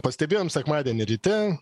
pastebėjom sekmadienį ryte